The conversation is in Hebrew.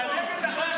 אתה נגד החוק?